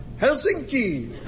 Helsinki